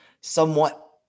somewhat